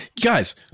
guys